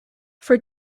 for